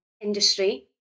industry